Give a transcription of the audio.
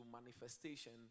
manifestation